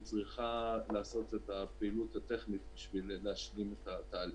היא צריכה לעשות את הפעילות הטכנית כדי להשלים את התהליך.